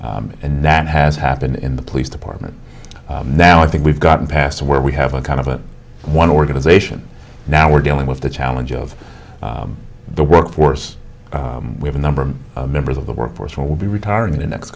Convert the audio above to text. and that has happened in the police department now i think we've gotten past where we have a kind of a one organization now we're dealing with the challenge of the workforce we have a number of members of the workforce will be retiring in the next